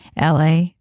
LA